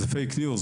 זה פייק ניוז.